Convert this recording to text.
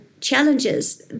challenges